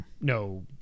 No